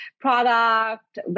product